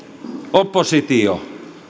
oppositio